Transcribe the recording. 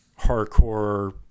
hardcore